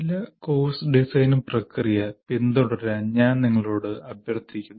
ചില course design പ്രക്രിയ പിന്തുടരാൻ ഞങ്ങൾ നിങ്ങളോട് അഭ്യർത്ഥിക്കുന്നു